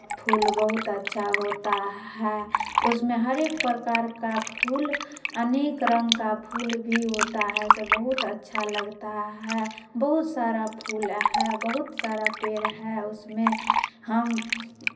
फूल बहुत अच्छा होता है उसमें हर एक प्रकार का फूल अनेक रंग का फूल भी होता है सब बहुत अच्छा लगता है बहुत सारा फूल है बहुत सारा पेड़ है उसमें हम